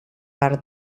par